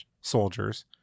soldiers